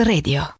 Radio